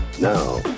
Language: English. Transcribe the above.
Now